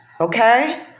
Okay